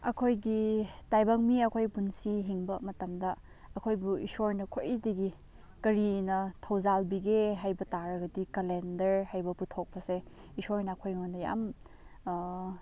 ꯑꯩꯈꯣꯏꯒꯤ ꯇꯥꯏꯕꯪ ꯃꯤ ꯑꯣꯈꯣꯏ ꯄꯨꯟꯁꯤ ꯍꯤꯡꯕ ꯃꯇꯝꯗ ꯑꯩꯈꯣꯏꯕꯨ ꯏꯁꯣꯔꯅ ꯈ꯭ꯋꯥꯏꯗꯒꯤ ꯀꯔꯤꯅ ꯊꯧꯖꯥꯟꯕꯤꯒꯦ ꯍꯥꯏꯕ ꯇꯥꯒꯗꯤ ꯀꯂꯦꯟꯗꯔ ꯍꯥꯏꯕ ꯄꯨꯊꯣꯛꯄꯁꯦ ꯏꯁꯣꯔꯅ ꯑꯩꯈꯣꯏꯉꯣꯟꯗ ꯌꯥꯝ